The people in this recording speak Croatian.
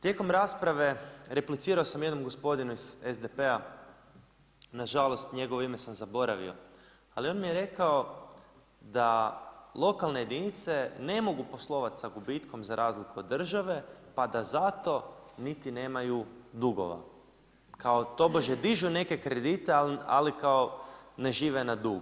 Tijekom rasprave replicirao sam jednom gospodinu iz SDP-a, nažalost njegovo ime sam zaboravio, ali on mi je rekao da lokalne jedinice ne mogu poslovati sa gubitkom za razliku od države pa da zato niti nemaju dugova, kao tobože dižu neke kredite ali kao ne žive ne dug.